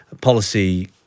policy